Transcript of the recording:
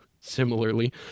similarly